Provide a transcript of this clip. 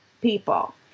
people